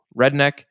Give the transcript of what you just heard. redneck